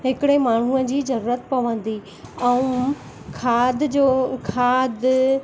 हिकिड़े माण्हूअ जी ज़रूरत पवंदी ऐं खाद जो खाद